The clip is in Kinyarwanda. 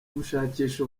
gushakisha